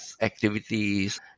activities